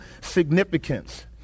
significance